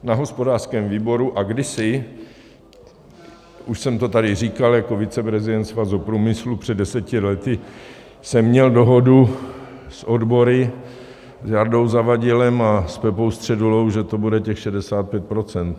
Na hospodářském výboru, a kdysi už jsem to tady říkal jako viceprezident Svazu průmyslu před deseti lety, jsem měl dohodu s odbory, s Jardou Zavadilem a s Pepou Středulou, že to bude 65 %.